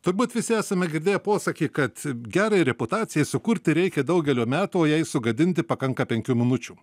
turbūt visi esame girdėję posakį kad gerai reputacijai sukurti reikia daugelio metų o jei sugadinti pakanka penkių minučių